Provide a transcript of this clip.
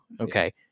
Okay